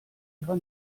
ihrer